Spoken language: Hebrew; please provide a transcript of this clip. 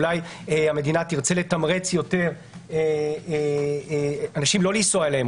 אולי המדינה תרצה לתמרץ יותר אנשים לא לנסוע אליהן,